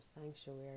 sanctuary